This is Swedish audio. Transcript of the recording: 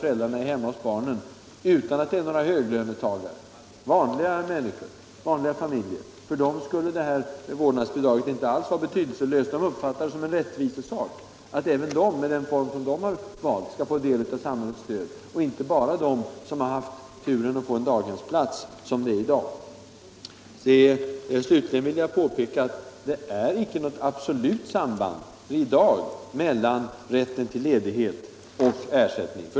föräldern är hemma hos barnen, utan att det är fråga om några höglönetagare; det är högst vanliga människor. För sådana familjer skulle det föreslagna vårdnadsbidraget inte vara betydelselöst. De uppfattar det som en rättvisesak att även de, med den livsform de har valt, skall få del av samhällets stöd, och inte bara de som har haft turen att få en daghemsplats - som det är i dag. Slutligen vill jag påpeka att det i dag inte är något absolut samband mellan rätten till ledighet och ersättning.